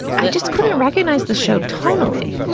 i just couldn't recognize the show tonally.